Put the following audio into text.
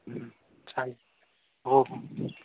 चालेल हो हो